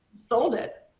sold it.